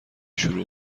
شروع